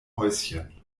häuschen